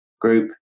group